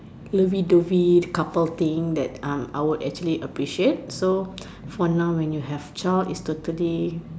lovey dovey couple thing that I would actually appreciate so for now when you have child it's totally